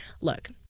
Look